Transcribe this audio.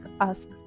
ask